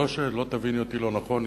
שלא תביני אותי לא נכון,